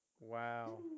Wow